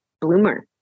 bloomer